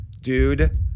dude